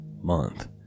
month